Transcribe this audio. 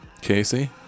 Casey